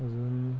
अजून